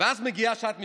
ואז מגיעה שעת מבחן.